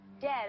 Dead